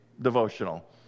devotional